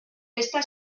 esta